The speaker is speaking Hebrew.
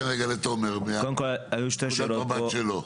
היו שתי שאלות פה,